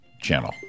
channel